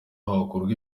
hakorwa